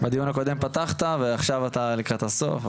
בדיון הקודם פתחת ועכשיו אתה לקראת הסוף,